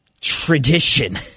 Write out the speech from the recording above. tradition